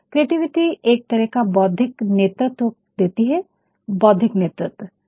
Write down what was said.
creativity एक तरह का बौद्धिक नेतृत्व देती है बौद्धिक नेतृत्व